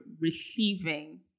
receiving